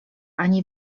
ani